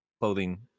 clothing